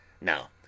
now